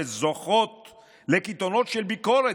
שזוכות לקיתונות של ביקורת,